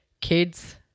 kids